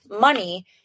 money